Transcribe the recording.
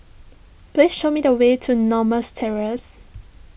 please show me the way to Normas Terrace